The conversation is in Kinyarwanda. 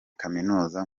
kaminuza